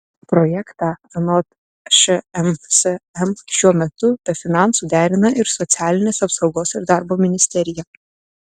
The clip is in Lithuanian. projektą anot šmsm šiuo metu be finansų derina ir socialinės apsaugos ir darbo ministerija